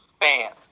fans